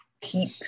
keep